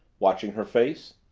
watching her face.